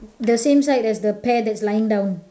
the same side as the pear that is lying down